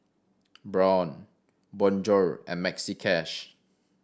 Braun Bonjour and Maxi Cash